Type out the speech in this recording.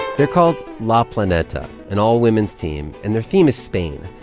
they're called la planeta, an all-women's team. and their theme is spain.